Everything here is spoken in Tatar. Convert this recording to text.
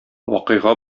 вакыйга